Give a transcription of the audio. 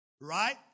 right